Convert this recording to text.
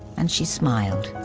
and she smiled,